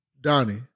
Donnie